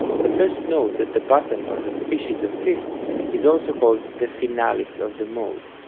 the first note at the bottom of the species of fifth is also called the finalis of the mode,